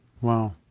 wow